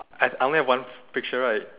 I I only have one picture right